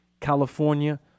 California